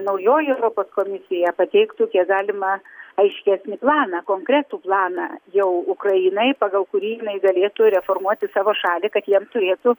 naujoji europos komisija pateiktų kiek galima aiškesnį planą konkretų planą jau ukrainai pagal kurį jinai galėtų reformuoti savo šalį kad jiem turėtų